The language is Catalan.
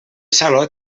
saló